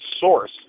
source